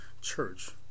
church